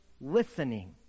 listening